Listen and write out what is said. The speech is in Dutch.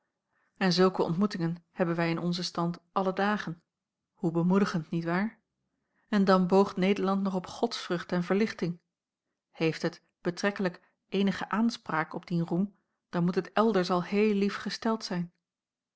en zulke ontmoetingen hebben wij in onzen stand alle dagen hoe bemoedigend niet waar en dan boogt nederland nog op godsvrucht en verlichting heeft het betrekkelijk eenige aanspraak op dien roem dan moet het elders al heel lief gesteld zijn